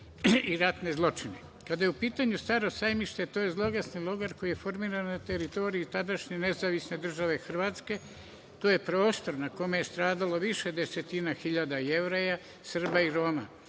i ratne zločine. Kad je u pitanju Staro sajmište, to je zloglasni logor koji je formiran na teritoriji tadašnje nezavisne države Hrvatske, to je prostor na kome je stradalo više desetina hiljada Jevreja, Srba i Roma.